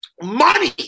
money